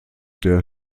der